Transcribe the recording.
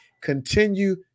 Continue